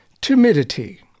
Timidity